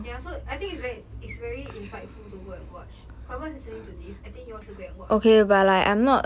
ya so I think it's very it's very insightful to go and watch whoever is listening to this I think you should go and watch on youtube